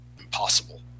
impossible